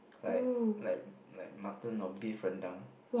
like like like mutton or beef rendang